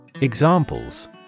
Examples